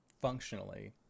Functionally